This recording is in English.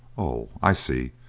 oh, i see,